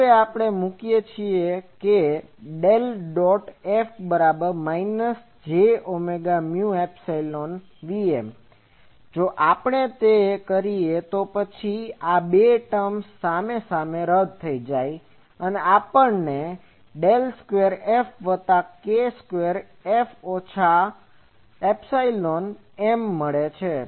હવે આપણે મૂકીએ છીએ કે ∇∙F jωε VM del dot F બરાબર minus j omega mu epsilon VM જો આપણે તે કરીએ તો પછી આ બે ટર્મ્સ સામસામે રદ થાય છે અને આપણને 2Fk2F Mડેલ સ્ક્વેર એફ વત્તા K સ્ક્વેર એફ ઓછા એપ્સીલોન M મળે છે